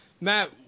Matt